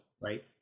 right